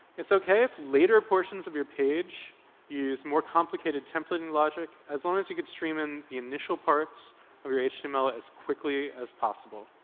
it's ok if later portions of your page use more complicated templating logic, as long as you could stream in the initial parts of your html as quickly as possible.